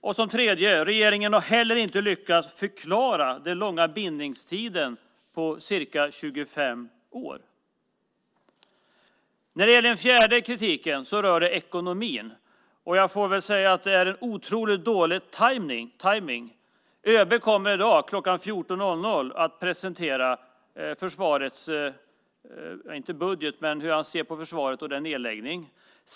För det tredje: Inte heller har regeringen lyckats förklara den långa bindningstiden, ca 25 år. För det fjärde: Här gäller kritiken ekonomin. Jag får väl säga att det är en otroligt dålig tajmning. I dag kl. 14.00 kommer ju ÖB att presentera hur han ser på försvaret och nedläggningen där.